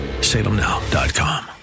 salemnow.com